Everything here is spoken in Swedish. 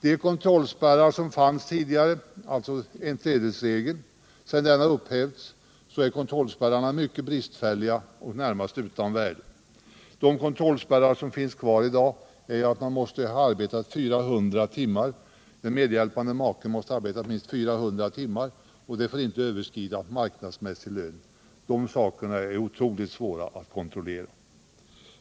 De kontrollspärrar som finns sedan tredjedelsregeln upphävdes är mycket bristfälliga och närmast utan värde. Här gäller att en medhjälpande make måste ha arbetat minst 400 timmar och att den marknadsmässiga lönen inte får överskridas. Dessa saker är emellertid otroligt svåra att kontrollera.